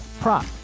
prop